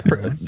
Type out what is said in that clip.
No